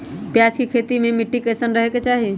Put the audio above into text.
प्याज के खेती मे मिट्टी कैसन रहे के चाही?